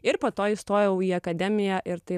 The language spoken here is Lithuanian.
ir po to įstojau į akademiją ir taip